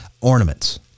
ornaments